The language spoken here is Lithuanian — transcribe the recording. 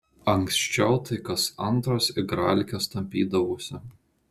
anksčiau tai kas antras igralkes tampydavosi